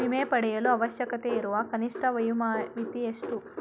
ವಿಮೆ ಪಡೆಯಲು ಅವಶ್ಯಕತೆಯಿರುವ ಕನಿಷ್ಠ ವಯೋಮಿತಿ ಎಷ್ಟು?